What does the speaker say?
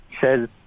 says